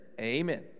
Amen